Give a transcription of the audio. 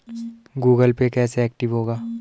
Google Pay कैसे active होगा?